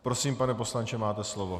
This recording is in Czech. Prosím, pane poslanče, máte slovo.